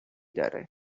داره